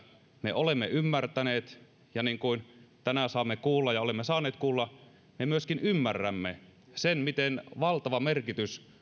me olemme ymmärtäneet ja niin kuin tänään olemme saaneet kuulla yhä ymmärrämme sen miten valtava merkitys